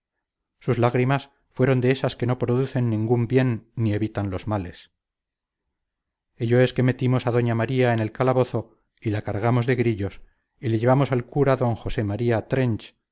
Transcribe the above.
sus lágrimas fueron de ésas que no producen ningún bien ni evitan los males ello es que metimos a doña maría en el calabozo y la cargamos de grillos y le llevamos al cura d josé maría trench